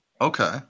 Okay